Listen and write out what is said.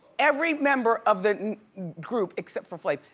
every member of the group except for flav,